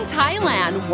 Thailand